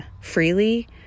freely